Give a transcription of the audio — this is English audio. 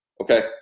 okay